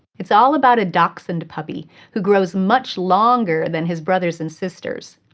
it's all about a dachshund puppy who grows much longer than his brothers and sisters.